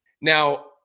Now